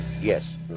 Yes